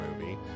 movie